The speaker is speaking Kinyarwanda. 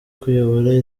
kuyobora